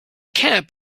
camp